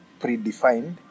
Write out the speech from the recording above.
predefined